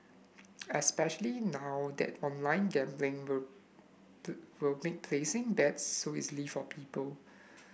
especially now that online gambling will will make placing bets so easily for people